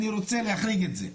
אני רוצה להחריג את זה.